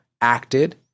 acted